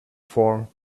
for